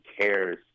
cares